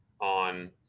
on